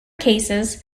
cases